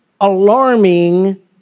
alarming